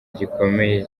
gikomeye